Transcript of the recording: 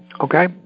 okay